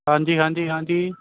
ਹਾਂਜੀ ਹਾਂਜੀ ਹਾਂਜੀ